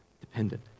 dependent